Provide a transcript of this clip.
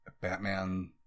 Batman